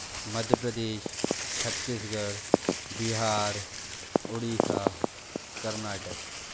Madhya Pradesh Chhattisgarh Bihar Orissa Karnataka